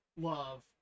love